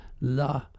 La